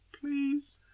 Please